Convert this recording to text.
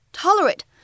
tolerate